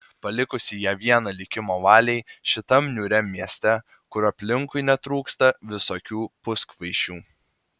palikusi ją vieną likimo valiai šitam niūriam mieste kur aplinkui netrūksta visokių puskvaišių